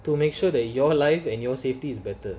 to make sure that your life and your safety is better